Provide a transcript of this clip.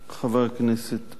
לחבר הכנסת הורוביץ: